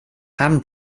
ham